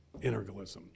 integralism